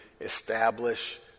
establish